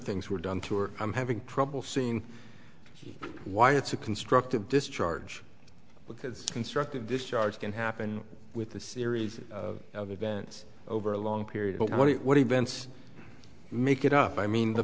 things were done to her i'm having trouble seeing why it's a constructive discharge because constructive discharge can happen with a series of events over a long period when what events make it up i mean the